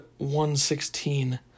116